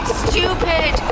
stupid